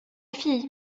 fille